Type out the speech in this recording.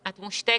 את מושתקת.